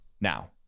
Now